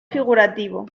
figurativo